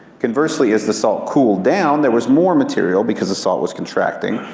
conversely, as the salt cooled down, there was more material, because the salt was contracting,